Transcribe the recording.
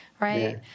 right